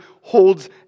holds